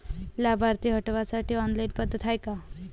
लाभार्थी हटवासाठी ऑनलाईन पद्धत हाय का?